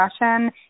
Russian